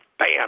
bam